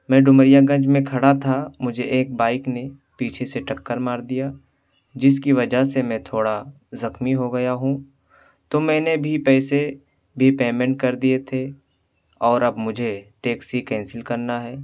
میں ڈومریا گنج میں کھڑا تھا مجھے ایک بائک نے پیچھے سے ٹکر مار دیا جس کی وجہ سے میں تھوڑا زکھمی ہو گیا ہوں تو میں نے بھی پیسے بھی پیمنٹ کر دیے تھے اور اب مجھے ٹیکسی کینسل کرنا ہے